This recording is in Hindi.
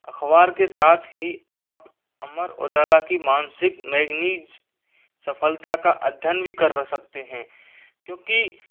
अख़बार के साथ ही आप अमर उजाला की मासिक मैगनीस सफलता का अध्यन भी कर सकते हैं क्योंकि